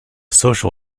social